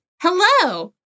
hello